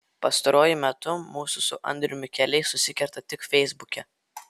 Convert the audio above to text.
pastaruoju metu mūsų su andriumi keliai susikerta tik feisbuke